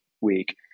week